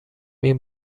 این